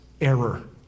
error